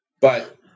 but-